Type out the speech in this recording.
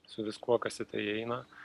su viskuo kas į tai įeina